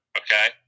okay